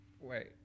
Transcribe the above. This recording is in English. wait